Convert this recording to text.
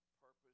purpose